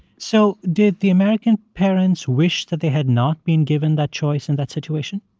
so did the american parents wish that they had not been given that choice in that situation?